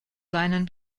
seinen